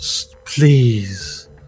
please